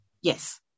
Yes